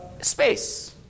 Space